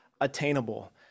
attainable